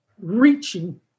reaching